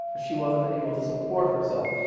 she wasn't able to support herself.